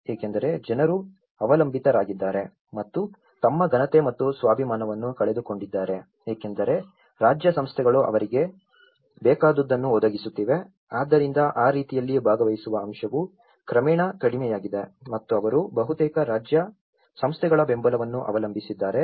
ಏಕೆಂದರೆ ಜನರು ಅವಲಂಬಿತರಾಗಿದ್ದಾರೆ ಮತ್ತು ತಮ್ಮ ಘನತೆ ಮತ್ತು ಸ್ವಾಭಿಮಾನವನ್ನು ಕಳೆದುಕೊಂಡಿದ್ದಾರೆ ಏಕೆಂದರೆ ರಾಜ್ಯ ಸಂಸ್ಥೆಗಳು ಅವರಿಗೆ ಬೇಕಾದುದನ್ನು ಒದಗಿಸುತ್ತಿವೆ ಆದ್ದರಿಂದ ಆ ರೀತಿಯಲ್ಲಿ ಭಾಗವಹಿಸುವ ಅಂಶವು ಕ್ರಮೇಣ ಕಡಿಮೆಯಾಗಿದೆ ಮತ್ತು ಅವರು ಬಹುತೇಕ ರಾಜ್ಯ ಸಂಸ್ಥೆಗಳ ಬೆಂಬಲವನ್ನು ಅವಲಂಬಿಸಿದ್ದಾರೆ